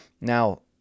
Now